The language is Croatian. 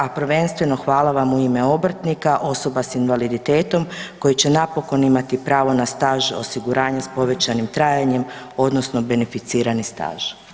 A prvenstveno hvala vam u ime obrtnika osoba s invaliditetom koji će napokon imati pravo na staž osiguranja s povećanim trajanjem odnosno beneficirani staž.